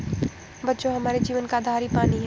बच्चों हमारे जीवन का आधार ही पानी हैं